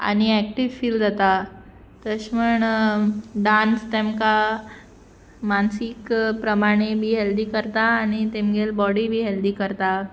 आनी active feel जाता तशें म्हण डांस तेमकां मानसीक प्रमाणे बी हेल्दी करता आनी तेमगेल बॉडी बी हेल्दी करता